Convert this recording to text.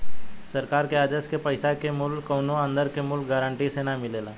सरकार के आदेश के पैसा के मूल्य कौनो अंदर के मूल्य गारंटी से ना मिलेला